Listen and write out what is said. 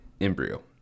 embryo